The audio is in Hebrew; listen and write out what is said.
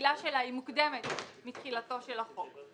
תחילתה מוקדמת מתחילתו של החוק.